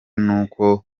n’uko